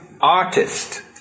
artist